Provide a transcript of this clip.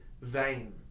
vain